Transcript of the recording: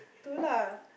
two lah